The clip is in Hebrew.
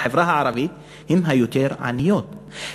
בחברה הערבית,